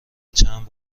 چند